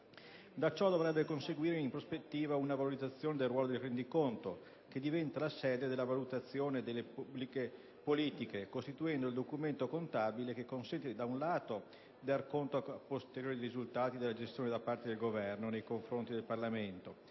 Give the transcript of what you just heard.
Da ciò dovrebbe conseguire in prospettiva una valorizzazione del ruolo del rendiconto, che diventa la sede della valutazione delle politiche pubbliche, costituendo il documento contabile che consente, da un lato, di dar conto *a posteriori* dei risultati della gestione da parte del Governo nei confronti del Parlamento